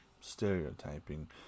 stereotyping